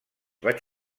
vaig